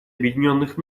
объединенных